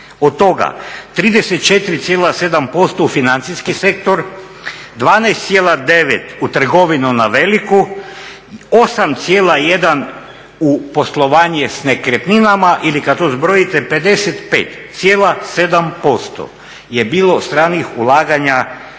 Od toga 34,7% u financijski sektor, 12,9 u trgovinu na veliko, 8,1 u poslovanje sa nekretninama ili kad to zbrojite 55,7% je bilo stranih ulaganja u nešto